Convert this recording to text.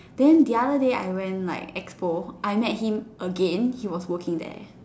then the other day I went like expo I met him again he was working there